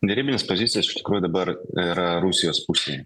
derybinės pozicijos iš tikrųjų dabar yra rusijos pusėj